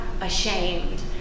ashamed